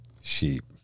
sheep